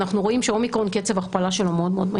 אנחנו רואים שקצב ההכפלה של האומיקרון הוא מהיר מאוד.